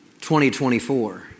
2024